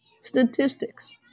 Statistics